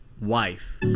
wife